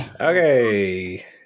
Okay